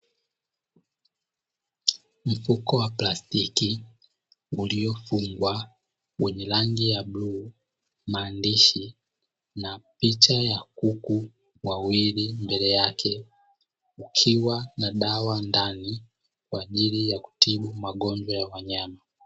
Mfuko wa plastiki uliofungwa wenye rangi ya bluu, maandishi na picha ya kuku wawili mbele yake, ukiwa na dawa ndani kwaajili ya kutibu magonjwa ya wanyama.